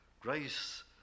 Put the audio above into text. grace